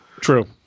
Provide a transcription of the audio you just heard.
True